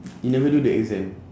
you never do the exam